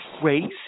crazy